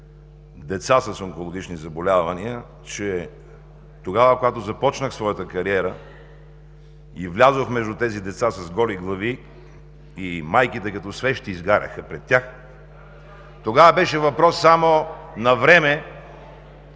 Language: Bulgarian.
деца с онкологични заболявания, че тогава, когато започнах своята кариера, и влязох между тези деца с голи глави и майките като свещи изгаряха пред тях, тогава беше въпрос само на време